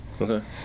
Okay